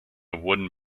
wooden